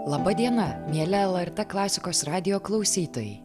laba diena mieli lrt klasikos radijo klausytojai